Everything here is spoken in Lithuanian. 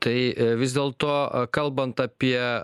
tai vis dėlto kalbant apie